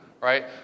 right